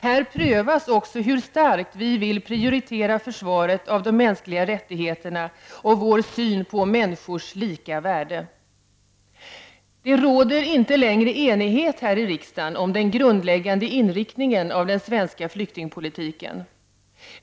Här prövas också hur starkt vi vill prioritera försvaret av de mänskliga rättigheterna och vår syn på människors lika värde. Det råder inte längre enighet här i riksdagen om den grundläggande inriktningen av den svenska flyktingpolitiken.